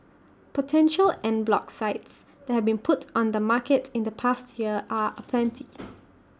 potential en bloc sites that have been put on the market in the past year are aplenty